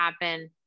happen